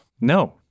no